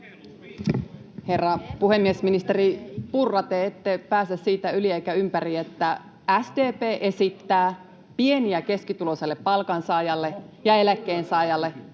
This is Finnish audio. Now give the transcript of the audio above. Herra puhemies! Ministeri Purra, te ette pääse siitä yli eikä ympäri, että SDP esittää pieni- ja keskituloiselle palkansaajalle ja eläkkeensaajalle